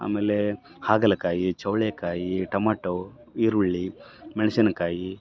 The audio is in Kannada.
ಆಮೇಲೆ ಹಾಗಲಕಾಯಿ ಚವಳಿಕಾಯಿ ಟಮಟೋ ಈರುಳ್ಳಿ ಮೆಣ್ಸಿನಕಾಯಿ